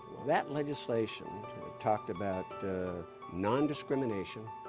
that legislation talked about nondiscrimination,